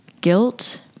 guilt